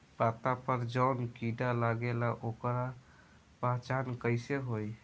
पत्ता पर जौन कीड़ा लागेला ओकर पहचान कैसे होई?